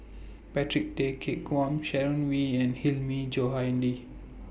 Patrick Tay Teck Guan Sharon Wee and Hilmi Johandi